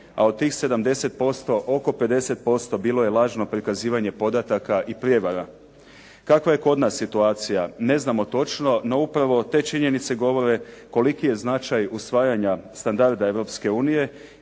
a od tih 70% oko 50% bilo je lažno prikazivanje podataka i prijevara. Kakva je kod nas situacija? Ne znamo točno, no upravo te činjenice govore koliki je značaj usvajanja standarda